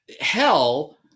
hell